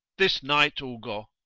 this night, ugo.